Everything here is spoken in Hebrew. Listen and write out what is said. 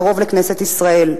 קרוב לכנסת ישראל,